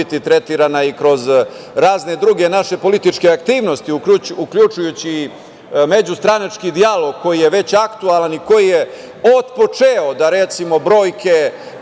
biti tretirana kroz razne druge naše političke aktivnosti, uključujući i međustranački dijalog, koji je već aktuelan i koji je otpočeo, da recimo brojke